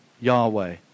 Yahweh